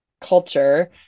culture